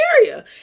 area